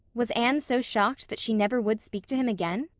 was anne so shocked that she never would speak to him again?